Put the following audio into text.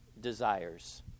desires